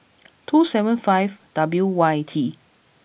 two seven five W Y T